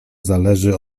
zależy